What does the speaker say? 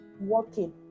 working